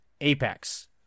Apex